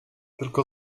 tylko